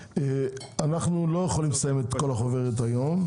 אנחנו לא יכולים לסיים את כל החוברת היום.